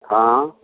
हँ